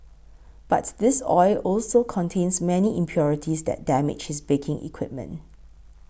but this oil also contains many impurities that damage his baking equipment